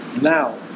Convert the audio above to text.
now